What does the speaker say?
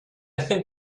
think